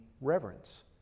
reverence